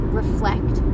reflect